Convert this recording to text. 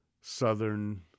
southern